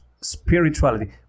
spirituality